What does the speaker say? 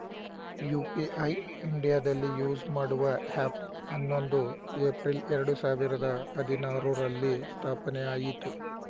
UPI ಇಂಡಿಯಾದಲ್ಲಿ use ಮಾಡುವ app ಹನ್ನೊಂದು ಏಪ್ರಿಲ್ ಎರಡು ಸಾವಿರದ ಹದಿನಾರುರಲ್ಲಿ ಸ್ಥಾಪನೆಆಯಿತು